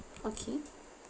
okay